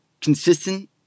consistent